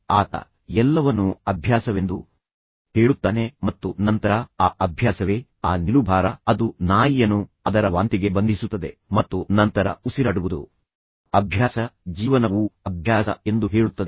ಆತ ಎಲ್ಲವನ್ನೂ ಅಭ್ಯಾಸವೆಂದು ಹೇಳುತ್ತಾನೆ ಮತ್ತು ನಂತರ ಆ ಅಭ್ಯಾಸವೇ ಆ ನಿಲುಭಾರ ಅದು ನಾಯಿಯನ್ನು ಅದರ ವಾಂತಿಗೆ ಬಂಧಿಸುತ್ತದೆ ಮತ್ತು ನಂತರ ಉಸಿರಾಡುವುದು ಅಭ್ಯಾಸ ಜೀವನವು ಅಭ್ಯಾಸ ಎಂದು ಹೇಳುತ್ತದೆ